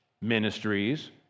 ministries